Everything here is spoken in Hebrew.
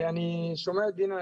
אני שומע את דינה,